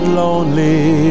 lonely